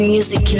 Music